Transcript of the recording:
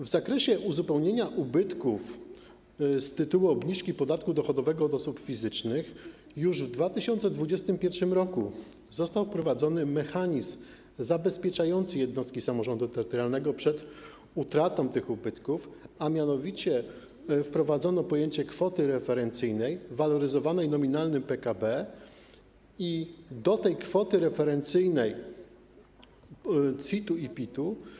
W zakresie uzupełnienia ubytków z tytułu obniżki podatku dochodowego od osób fizycznych już w 2021 r. został wprowadzony mechanizm zabezpieczający jednostki samorządu terytorialnego przed utratą tych ubytków, a mianowicie wprowadzono pojęcie kwoty referencyjnej waloryzowanej nominalnym PKB i do tej kwoty referencyjnej CIT-u i PIT-u.